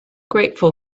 grateful